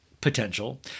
Potential